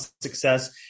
success